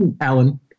Alan